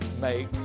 make